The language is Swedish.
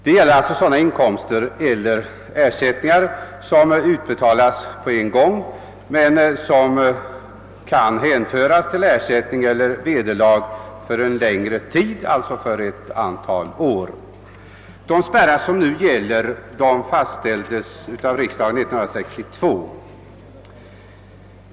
Det gäller alltså sådana ersättningar som utbetalas på en gång men som utgör vederlag som kan hänföras till flera år. De regler som nu gäller fastställdes av riksdagen 1962.